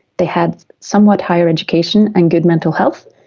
they had somewhat higher education and good mental health,